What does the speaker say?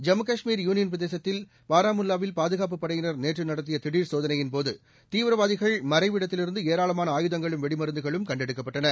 Jammu Kashmir union பிரதேசத்தில் பாரமுல்வாவில் பாதுகாப்புப் படையினர் நேற்று நடத்திய திடர் சோதனையின்போது தீவிரவாதிகள் மறைவிடத்திலிருந்து ஏராளமான ஆயுதங்களும் வெடிமருந்துகளும் கண்டெடுக்கப்பட்டன